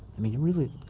i mean really.